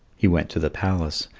he went to the palace,